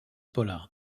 pollard